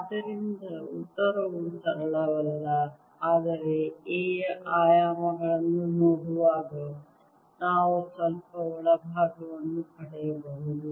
ಆದ್ದರಿಂದ ಉತ್ತರವು ಸರಳವಲ್ಲ ಆದರೆ A ಯ ಆಯಾಮಗಳನ್ನು ನೋಡುವಾಗ ನಾವು ಸ್ವಲ್ಪ ಒಳಭಾಗವನ್ನು ಪಡೆಯಬಹುದು